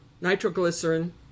nitroglycerin